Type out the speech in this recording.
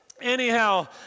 Anyhow